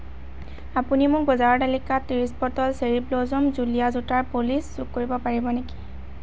আপুনি মোৰ বজাৰৰ তালিকাত ত্ৰিছ বটল চেৰী ব্ল'জম জুলীয়া জোতাৰ পলিছ যোগ কৰিব পাৰিব নেকি